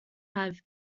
have